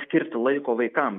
skirti laiko vaikam